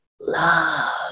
love